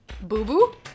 Boo-boo